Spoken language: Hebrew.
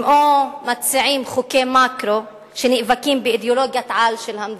הם מציעים חוקי מקרו שנאבקים באידיאולוגיית-על של המדינה,